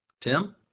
Tim